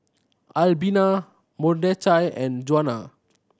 Albina Mordechai and Juana